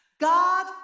God